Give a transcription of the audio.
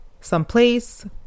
someplace